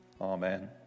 Amen